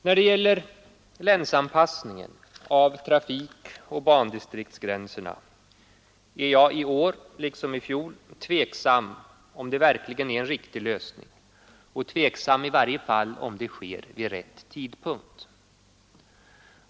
När det gäller länsanpassningen av trafikoch bandistriktsgränserna är jag i år liksom i fjol tveksam om förslaget verkligen innebär en verklig lösning och i varje fall huruvida den genomförs vid rätt tidpunkt.